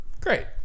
Great